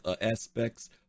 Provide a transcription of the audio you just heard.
aspects